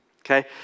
Okay